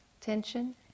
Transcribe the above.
Tension